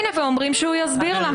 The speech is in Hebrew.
הנה, ואומרים שהוא יסביר לה.